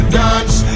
dance